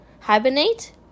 Hibernate